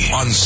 on